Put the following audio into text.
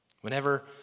Whenever